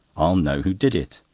i'll know who did it.